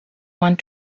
want